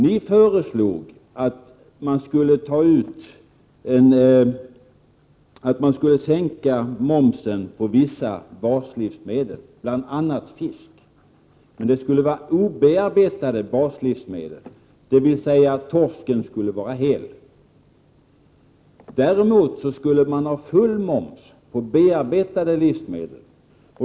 Ni föreslår att man skall sänka momsen på vissa baslivsmedel, bl.a. fisk. Men det skall vara obearbetade baslivsmedel, dvs. torsken skall vara hel. Däremot skall man ha full moms på bearbetade livsmedel.